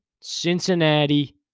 Cincinnati